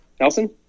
Nelson